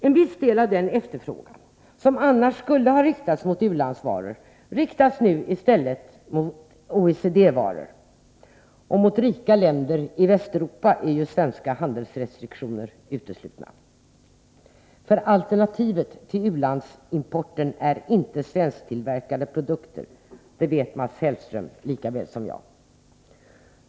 En viss del av den efterfrågan som annars skulle ha riktats mot u-landsvaror riktas nu i stället mot OECD-varor, och mot rika länder i Västeuropa är ju svenska handelsrestriktioner uteslutna. Alternativet till u-landsimporten är inte svensktillverkade produkter — det vet Mats Hellström lika väl som jag.